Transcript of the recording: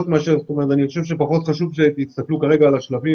אני חושב שפחות חשוב שתסתכלו כרגע על השלבים